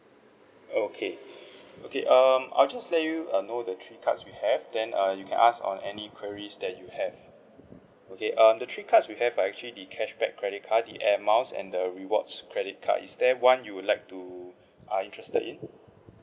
okay okay um I'll just let you err know the three cards we have then err you can ask on any queries that you have okay um the three cards we have are actually the cashback credit card the airmiles and the rewards credit card is there one you would like to are interested in